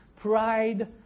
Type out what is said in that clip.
pride